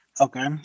Okay